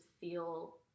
feel